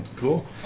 Cool